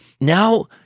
Now